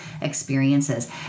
experiences